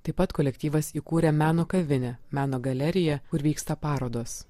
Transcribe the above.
taip pat kolektyvas įkūrė meno kavinę meno galeriją kur vyksta parodos